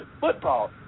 football